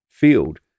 field